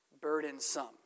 burdensome